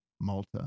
Malta